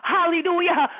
Hallelujah